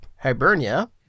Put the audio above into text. Hibernia